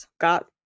got